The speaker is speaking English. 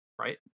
right